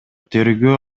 тергөө